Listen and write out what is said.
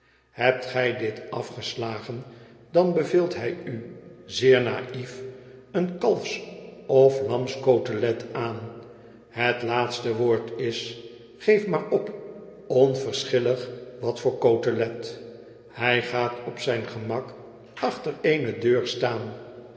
hebt gij dit afgeslagen dan beveelt hij u zeer naïef een kalfs of lamscotelet aan het laatste woord is geef maar op onverschillig wat voor cotelet hij gaat op zijn gemak achter eene deur staan